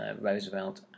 Roosevelt